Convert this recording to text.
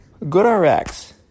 GoodRx